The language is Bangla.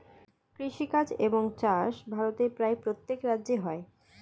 কৃষিকাজ এবং চাষ ভারতের প্রায় প্রত্যেক রাজ্যে হয়